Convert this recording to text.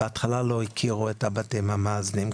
בהתחלה לא הכירו את הבתים המאזנים,